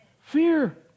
Fear